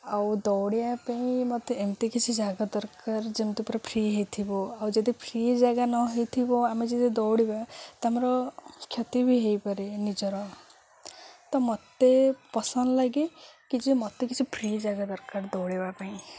ଆଉ ଦୌଡ଼ିବା ପାଇଁ ମୋତେ ଏମିତି କିଛି ଜାଗା ଦରକାର ଯେମିତି ପୁର ଫ୍ରି ହେଇଥିବ ଆଉ ଯଦି ଫ୍ରି ଜାଗା ନ ହେଇଥିବ ଆମେ ଯଦି ଦୌଡ଼ିବା ତ ଆମର କ୍ଷତି ବି ହେଇପାରେ ନିଜର ତ ମୋତେ ପସନ୍ଦ ଲାଗେ କି ଯେ ମୋତେ କିଛି ଫ୍ରି ଜାଗା ଦରକାର ଦୌଡ଼ିବା ପାଇଁ